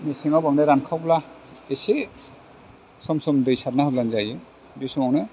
मेसेङाव बांद्राय रानखावब्ला एसे सम सम दै सारना होब्लानो जायो बे समावनो